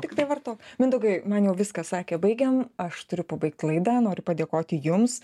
tiktai vartau mindaugai man jau viskas sakė baigiam aš turiu pabaigt laidą noriu padėkot jums